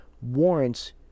warrants